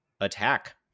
attack